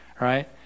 right